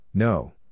No